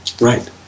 Right